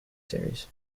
series